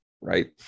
right